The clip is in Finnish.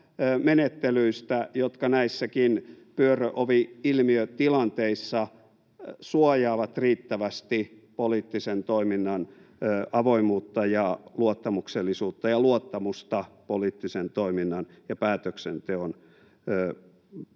jotka näissäkin pyöröovi-ilmiötilanteissa suojaavat riittävästi poliittisen toiminnan avoimuutta ja luottamuksellisuutta ja luottamusta poliittisen toiminnan ja päätöksenteon,